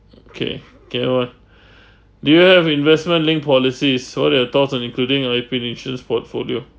okay kay alright do you have investment-linked policies so what are your thoughts on including a remuneration portfolio